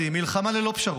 מלחמה ללא פשרות.